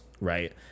Right